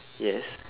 yes